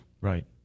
Right